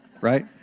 right